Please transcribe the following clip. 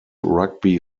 rugby